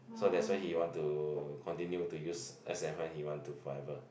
so that's why he want to continue to use as and when he want to forever